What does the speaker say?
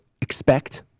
expect